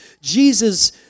Jesus